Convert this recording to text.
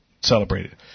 celebrated